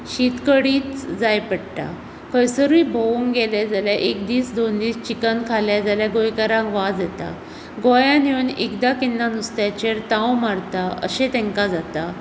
शीत कडी जाय पडटा खंयसरूय भोंवूंक गेले जाल्यार एक दीस दोन दीस चिकन खालें जाल्यार गोंयकारांक वाज येता गोंयांत येवून एकदां केन्नाय नुस्त्याचेर ताव मारता अशें तेंका जाता